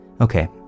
okay